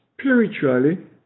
spiritually